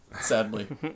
sadly